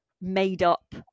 made-up